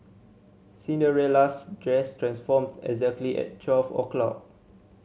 Cinderella's dress transformed exactly at twelve o'clock